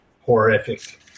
horrific